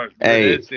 Hey